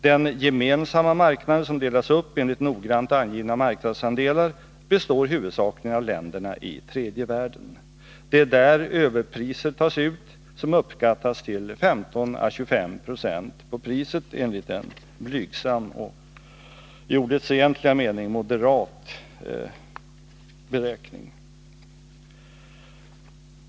Den gemensamma marknaden, som delats upp enligt noggrant angivna marknadsandelar, består huvudsakligen av länderna i tredje världen. Det är där överpriser tas ut, som uppskattas till 15 å 25 26 på priset enligt en blygsam och i ordets egentliga mening moderat beräkning.